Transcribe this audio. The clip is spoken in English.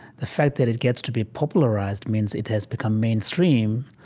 the fact that it gets to be popularized means it has become mainstream.